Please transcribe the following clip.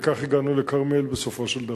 וכך הגענו לכרמיאל בסופו של דבר.